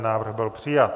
Návrh byl přijat.